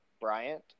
Bryant